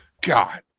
God